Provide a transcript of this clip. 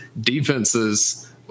defenses